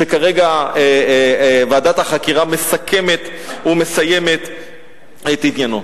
שכרגע ועדת החקירה מסכמת ומסיימת את עניינו.